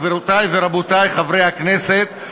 גבירותי ורבותי חברי הכנסת,